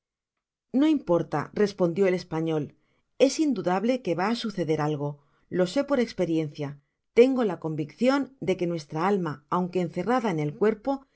no importa respondió el español es indudable que va á suceder algo lo sé por esperiencia tengo la conviccion de que nuestra alma aunque encerrada en el cuerpo